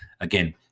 again